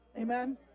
Amen